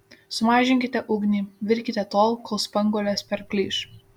sumažinkite ugnį virkite tol kol spanguolės perplyš